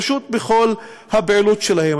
פשוט בכל הפעילות שלהם.